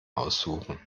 aussuchen